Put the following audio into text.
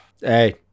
hey